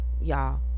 y'all